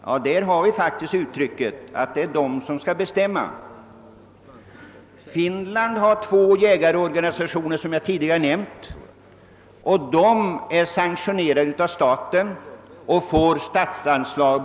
Finland har som jag tidigare nämnt två jägarorganisationer, som är sank tionerade av staten och som båda får statsanslag.